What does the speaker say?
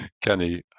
kenny